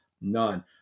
none